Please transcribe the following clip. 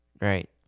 Right